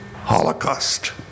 Holocaust